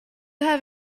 have